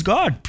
God